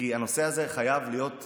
כי הנושא הזה חייב להיות סגור.